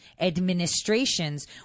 administrations